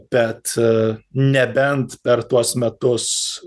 bet nebent per tuos metus